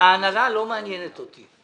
ההנהלה לא מעניינת אותי,